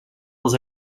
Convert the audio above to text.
els